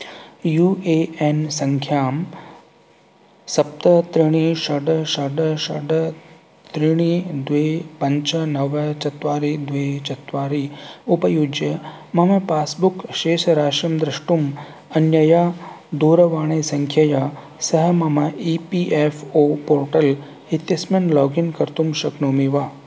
U A N सङ्ख्यां सप्त त्रिणि षड् षड् षड् त्रिणि द्वे पञ्च नव चत्वारि द्वे चत्वारि उपयुज्य मम पास्बुक् शेषराशिं द्रष्टुम् अन्यया दूरवाणीसङ्ख्यया सह मम E P F O portal इत्यस्मिन् लागिन् कर्तुं शक्नोमि वा